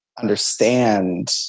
understand